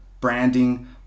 branding